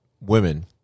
women